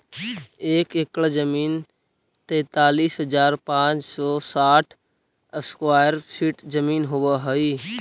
एक एकड़ जमीन तैंतालीस हजार पांच सौ साठ स्क्वायर फीट जमीन होव हई